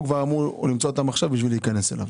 כבר אמור למצוא את המחשב בשביל להיכנס אליו.